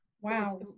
wow